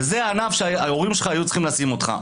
זה ענף שההורים שלך היו צריכים לרשום אותך אליו,